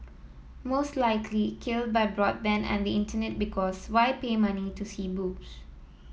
most likely killed by broadband and the Internet because why pay money to see boobs